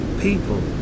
people